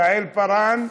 יעל פארן,